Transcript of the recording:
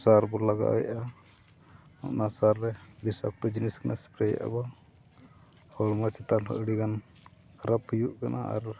ᱥᱟᱨᱵᱚᱱ ᱞᱟᱜᱟᱣᱮᱫᱟ ᱚᱱᱟ ᱥᱟᱨ ᱨᱮ ᱵᱤᱥᱟᱠᱛᱚ ᱡᱤᱱᱤᱥ ᱠᱟᱱᱟ ᱥᱯᱨᱮᱭᱟᱜ ᱟᱵᱚᱱ ᱦᱚᱲᱢᱚ ᱪᱮᱛᱟᱱ ᱨᱮ ᱟᱹᱰᱤᱜᱟᱱ ᱠᱷᱟᱨᱟᱯ ᱦᱩᱭᱩᱜ ᱠᱟᱱᱟ ᱟᱨ